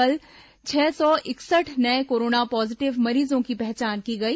कल छह सौ इकसठ नये कोरोना पॉजीटिव मरीजों की पहचान की गई